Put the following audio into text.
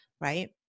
right